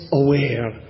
aware